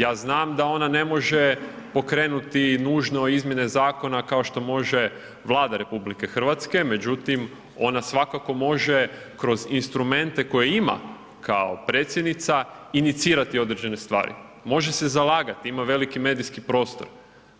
Ja znam da ona ne može pokrenuti nužno izmjene zakona kao što može Vlada RH, međutim, ona svakako može, kroz instrumente koje ima kao predsjednica, inicirati određene stvari, može se zalagati, ima veliki medijski prostor,